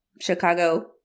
Chicago